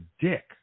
dick